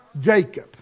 Jacob